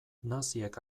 naziek